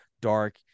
dark